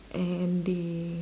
and they